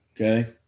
Okay